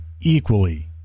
equally